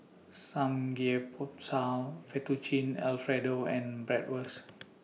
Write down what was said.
Samgyeopsal Fettuccine Alfredo and Bratwurst